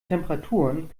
temperaturen